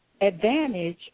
advantage